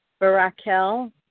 Barakel